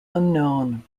unknown